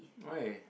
why